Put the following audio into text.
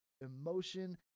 emotion